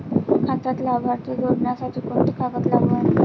खात्यात लाभार्थी जोडासाठी कोंते कागद लागन?